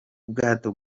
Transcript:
ubwato